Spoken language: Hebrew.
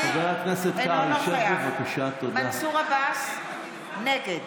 אינו נוכח מנסור עבאס, נגד